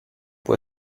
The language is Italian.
può